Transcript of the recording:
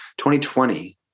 2020